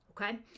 okay